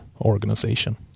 organization